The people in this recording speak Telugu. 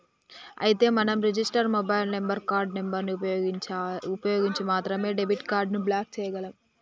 అయితే మనం register mobile number card number ని ఉపయోగించి మాత్రమే డెబిట్ కార్డు ని బ్లాక్ చేయగలం